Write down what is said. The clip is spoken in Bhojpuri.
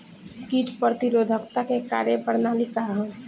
कीट प्रतिरोधकता क कार्य प्रणाली का ह?